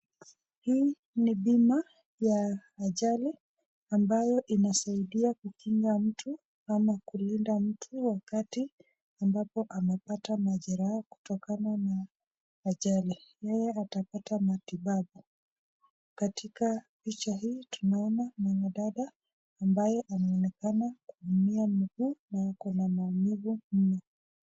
Hii ni bima ya ajali ambaye inasaidia kukinga mtu ama kulinda mtu wakati ambayo anapata majeraha kutokana na ajali, yeye atapata matibabu, katika picha hii tunaona mwanadada amabaye anaonekana kuumia mguu na ako na maumivu mengi.